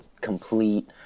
complete